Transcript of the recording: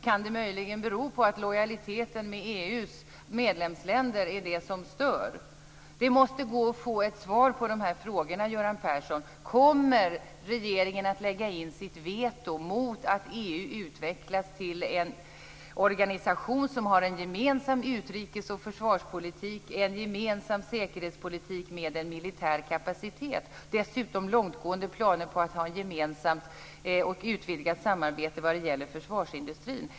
Kan det möjligen bero på att lojaliteten med EU:s medlemsländer är det som stör? Det måste gå att få ett svar på dessa frågor, Göran Persson. Kommer regeringen att lägga in sitt veto mot att EU utvecklas till en organisation som har en gemensam utrikes och försvarspolitik, en gemensam säkerhetspolitik med en militär kapacitet och dessutom långtgående planer på att ha ett gemensamt och utvidgat samarbete vad gäller försvarsindustrin?